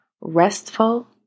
restful